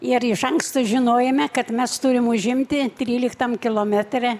ir iš anksto žinojome kad mes turim užimti tryliktam kilometre